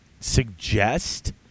suggest